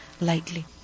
lightly